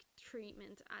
treatment